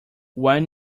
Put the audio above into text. when